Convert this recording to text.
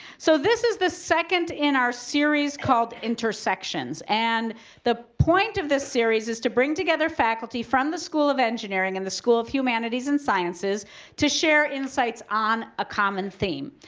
so this is the second in our series called intersections and the point of this series is to bring together faculty from the school of engineering, and the school of humanities, and sciences to share insights on a common theme.